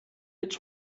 its